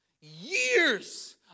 Years